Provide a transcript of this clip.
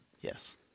Yes